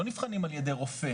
הם לא נבחנים על ידי רופא,